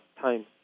time